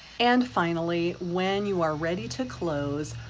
and finally, when you are ready to close,